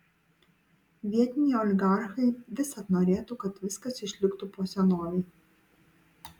vietiniai oligarchai visad norėtų kad viskas išliktų po senovei